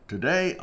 Today